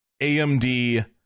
AMD